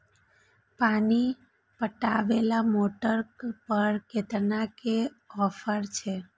पानी पटवेवाला मोटर पर केतना के ऑफर छे?